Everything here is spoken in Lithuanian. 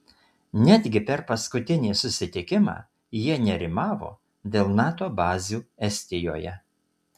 netgi per paskutinį susitikimą jie nerimavo dėl nato bazių estijoje